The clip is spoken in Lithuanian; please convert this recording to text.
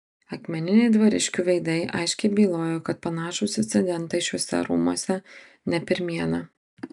akmeniniai dvariškių veidai aiškiai bylojo kad panašūs incidentai šiuose rūmuose ne pirmiena